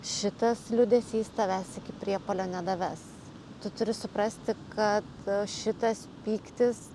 šitas liūdesys tavęs iki priepuolio nedaves tu turi suprasti kad šitas pyktis